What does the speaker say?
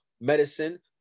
medicine